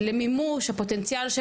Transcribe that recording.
למימוש הפוטנציאל,